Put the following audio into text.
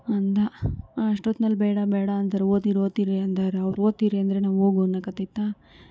ಅಂದು ಅಷ್ಟೊತ್ನಲ್ಲಿ ಬೇಡ ಬೇಡ ಅಂದ್ರು ಹೋಗ್ತಿರಿ ಹೋಗ್ತಿರಿ ಅಂದ್ರು ಅವ್ರು ಹೋಗ್ತೀರಿ ಅಂದ್ರೆ ನಾವು ಹೋಗಿ ಅನ್ನೋಕ್ಕಾಗತೈತ